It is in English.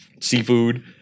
seafood